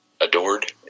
adored